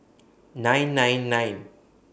nine nine nine